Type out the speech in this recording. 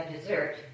dessert